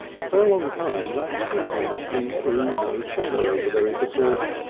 for a long time that little tendency threw no shadow over their intercourse,